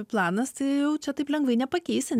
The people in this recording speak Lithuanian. planas tai jau čia taip lengvai nepakeisi